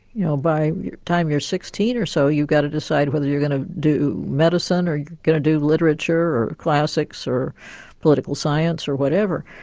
you know by the time you're sixteen or so you've got to decide whether you're going to do medicine, or you're going to do literature, or classics or political science or whatever.